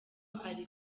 ari